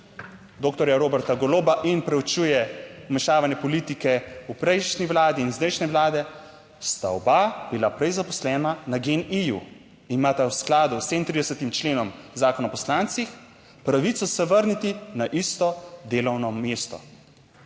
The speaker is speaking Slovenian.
Roberta Goloba in preučuje vmešavanje politike v prejšnji vladi in zdajšnje vlade, sta oba bila prej zaposlena na GEN-I in imata v skladu s 37. členom Zakona o poslancih pravico se vrniti na isto delovno mesto.